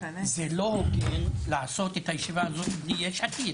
זה לא הוגן לעשות את הישיבה הזאת בלי יש עתיד.